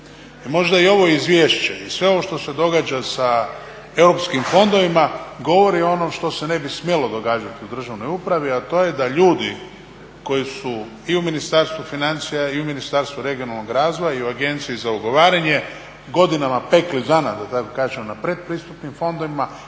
možda i ovo izvješće i sve ovo što se događa sa europskim fondovima govori ono što se ne bi smjelo događati u državnoj upravi, a to je da ljudi koji su i u Ministarstvu financija i u Ministarstvu regionalnog razvoja i u Agenciji za ugovaranje godinama pekli zanat da tako kažem na pretpristupnim fondovima